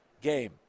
game